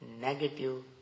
negative